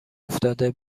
افتاده